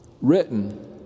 written